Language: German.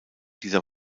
dieser